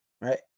right